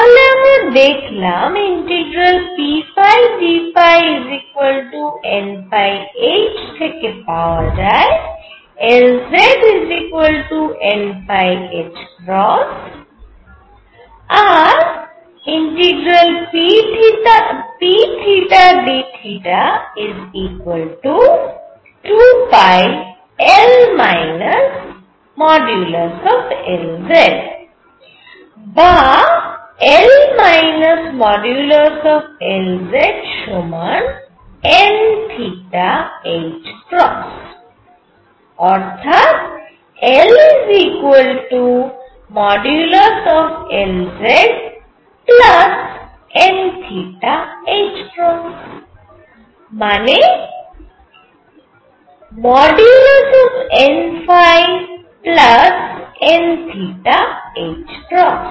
তাহলে আমরা দেখলাম ∫pdϕnh থেকে পাওয়া যায় Lzn আর ∫pdθ2πL Lz বা L Lz সমান n অর্থাৎ LLzn মানে nn